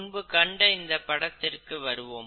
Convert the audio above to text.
முன்பு கண்ட இந்த படத்திற்கு வருவோம்